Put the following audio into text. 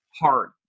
hard